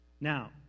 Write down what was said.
Now